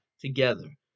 together